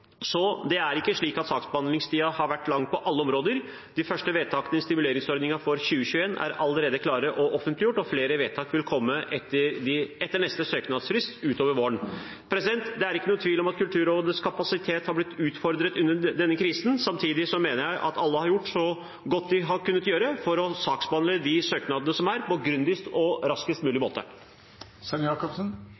så det er ikke slik at saksbehandlingstiden har vært lang på alle områder. De første vedtakene i stimuleringsordningen for 2021 er allerede klare og offentliggjort, og flere vedtak vil komme etter neste søknadsfrist utover våren. Det er ikke noen tvil om at Kulturrådets kapasitet har blitt utfordret under denne krisen. Samtidig mener jeg at alle har gjort så godt de har kunnet for å saksbehandle de søknadene som er kommet, på grundigst og raskest mulig